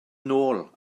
nôl